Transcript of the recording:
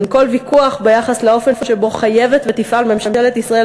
אין כל ויכוח ביחס לאופן שבו חייבת ותפעל ממשלת ישראל